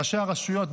ראשי הרשויות,